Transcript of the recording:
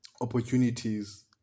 opportunities